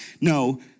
No